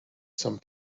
some